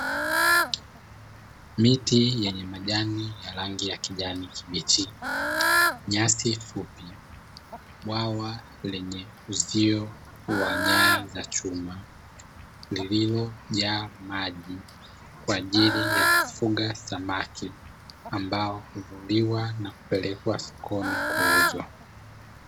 Miti yenye majani ya rangi ya kijani kibichi. Nyasi fupi bwawa lenye uzio wa nyaya za chuma lililojaa maji kwa ajili ya kufuga samaki ambao huvuliwa na kupelekwa sokoni kuuzwa.